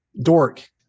dork